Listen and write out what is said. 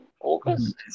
August